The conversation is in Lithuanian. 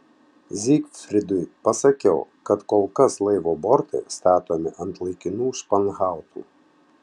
zygfridui pasakiau kad kol kas laivo bortai statomi ant laikinų španhautų